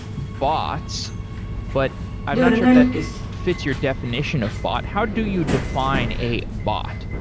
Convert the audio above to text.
bots but i'm not sure if that fits your definition of bot. how do you define a bot?